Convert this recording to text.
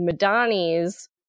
Madani's